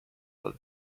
what